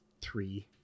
three